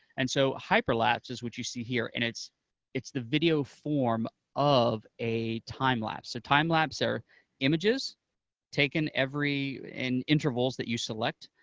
and so hyper lapse is what you see here, and it's it's the video form of a time lapse. time lapse are images taken in intervals that you select,